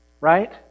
Right